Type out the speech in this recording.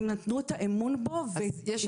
הם נתנו את האמון בו והתחילו ליצור.